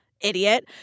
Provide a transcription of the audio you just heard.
idiot